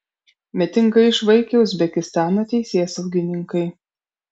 mitingą išvaikė uzbekistano teisėsaugininkai